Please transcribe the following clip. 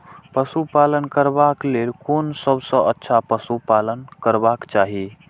पशु पालन करबाक लेल कोन सबसँ अच्छा पशु पालन करबाक चाही?